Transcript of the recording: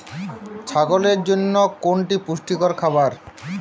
ছাগলের জন্য কোনটি পুষ্টিকর খাবার?